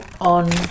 on